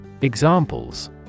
Examples